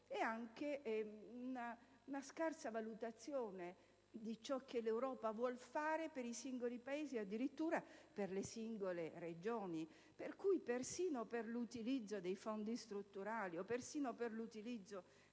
oppure una scarsa valutazione di ciò che l'Europa vuol fare per i singoli Paesi e addirittura per le singole regioni. Persino per l'utilizzo dei fondi strutturali o dei fondi